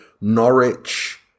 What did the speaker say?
Norwich